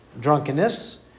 drunkenness